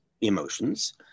emotions